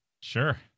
Sure